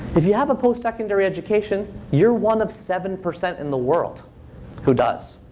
if you have a post-secondary education, you're one of seven percent in the world who does.